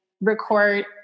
record